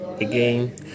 again